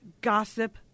gossip